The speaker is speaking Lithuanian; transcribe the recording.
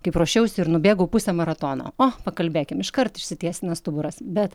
kaip ruošiausi ir nubėgau pusę maratono o pakalbėkim iškart išsitiesina stuburas bet